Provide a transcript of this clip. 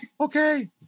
Okay